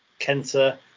Kenta